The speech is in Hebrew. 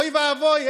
אוי ואבוי,